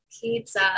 Pizza